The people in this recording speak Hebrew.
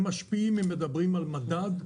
הם משפיעים אם מדברים על מדד,